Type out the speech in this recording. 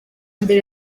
mbere